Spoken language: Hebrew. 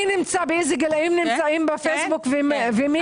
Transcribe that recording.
אילו גילאים בפייסבוק ומי לא?